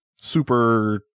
super